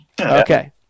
Okay